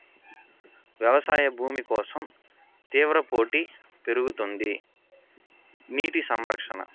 వ్యవసాయ భూమి కోసం తీవ్ర పోటీ పెరుగుతుంది నీటి సంరక్షణ